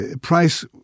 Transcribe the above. price